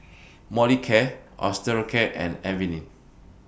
Molicare Osteocare and Avene